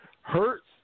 hurts